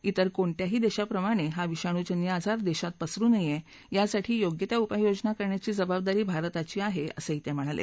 तिर कोणत्याही देशाप्रमाणेच हा विषाणूजन्य आजार देशात पसरु नये यासाठी योग्य त्या उपाययोजना करण्याची जबाबदारी भारताची आहे असं ते म्हणाले